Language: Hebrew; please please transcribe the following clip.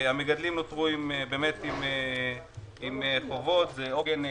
המגדלים נותרו עם חובות, עוגן כלכלי,